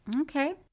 Okay